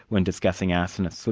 when discussing arsonists. so